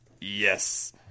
Yes